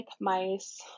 mice